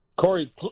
Corey